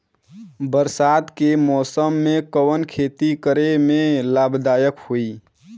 बरसात के मौसम में कवन खेती करे में लाभदायक होयी?